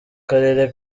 karere